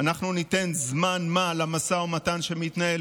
אנחנו ניתן זמן מה למשא ומתן שמתנהל